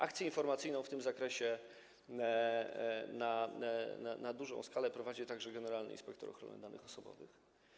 Akcję informacyjną w tym zakresie na dużą skalę prowadzi także generalny inspektor ochrony danych osobowych.